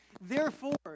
Therefore